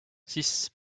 six